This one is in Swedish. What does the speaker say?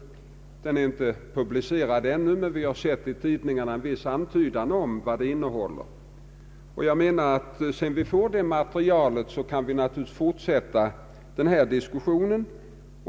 Utredningen är inte publicerad ännu, men vi har i tidningarna läst vissa antydningar om dess innehåll. Sedan vi fått detta material kan vi fortsätta denna diskussion.